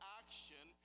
action